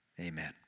Amen